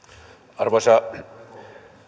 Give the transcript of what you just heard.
arvoisa